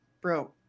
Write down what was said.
bro